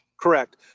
Correct